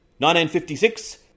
1956